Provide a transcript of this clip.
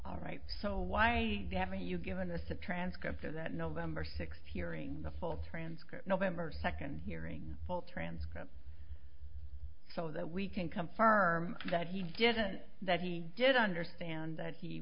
all right so why haven't you given the subtrend scope to that november sixth hearing the full transcript november second hearing full transcript so that we can come firm that he didn't that he did understand that he